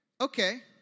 okay